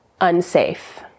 unsafe